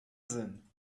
sinn